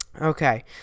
Okay